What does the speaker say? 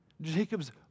Jacob's